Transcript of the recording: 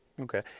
Okay